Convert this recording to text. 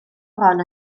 bron